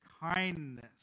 Kindness